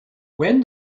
when